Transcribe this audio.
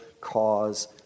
cause